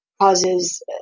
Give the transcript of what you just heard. causes